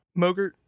mogert